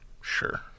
Sure